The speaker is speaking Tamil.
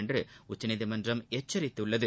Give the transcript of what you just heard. என்று உச்சநீதிமன்றம் எச்சரித்துள்ளது